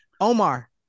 Omar